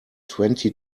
twenty